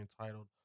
entitled